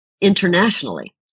internationally